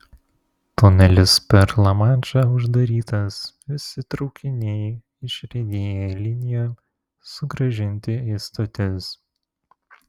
tunelis per lamanšą uždarytas visi traukiniai išriedėję į liniją sugrąžinti į stotis